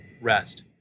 rest